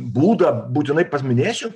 būdą būtinai paminėsiu